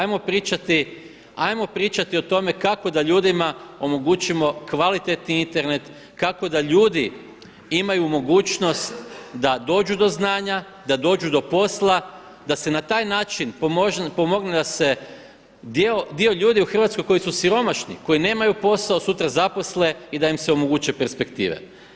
Ajmo pričati, ajmo pričati o tome kako da ljudima omogućimo kvalitetni Internet, kako da ljudi imaju mogućnost da dođu do znanja, da dođu do posla, da se na taj način pomogne da se dio ljudi u Hrvatskoj koji su siromašni, koji nemaju posao sutra zaposle i da im se omoguće perspektive.